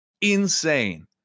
insane